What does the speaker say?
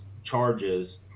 charges